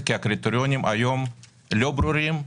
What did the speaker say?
כי היום הקריטריונים לא ברורים,